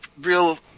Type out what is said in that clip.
real